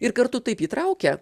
ir kartu taip įtraukia